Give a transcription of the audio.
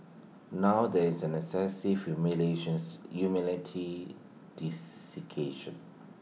now there is an excessive humility